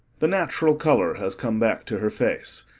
the natural color has come back to her face.